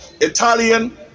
Italian